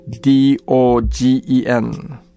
D-O-G-E-N